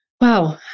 Wow